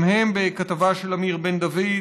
גם הם בכתבה של אמיר בן-דוד,